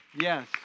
Yes